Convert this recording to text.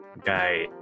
Guy